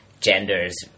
genders